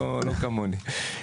ולא כמוני.